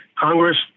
Congress